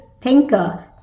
thinker